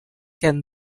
can